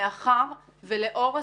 מאחר ולאור הסקירה,